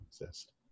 exist